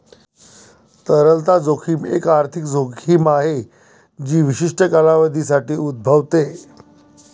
तरलता जोखीम एक आर्थिक जोखीम आहे जी विशिष्ट कालावधीसाठी उद्भवते